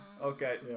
Okay